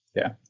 yeah.